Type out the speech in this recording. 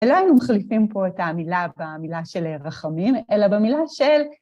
ולא היינו מחליפים פה את המילה במילה של רחמים, אלא במילה של...